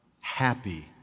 happy